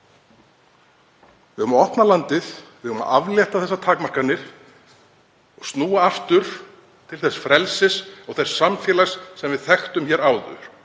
Við eigum að opna landið. Við eigum að aflétta takmörkunum og snúa aftur til þess frelsis og þess samfélags sem við þekktum hér áður.